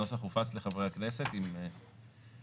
הנוסח הופץ לחברי הכנסת עם השינויים.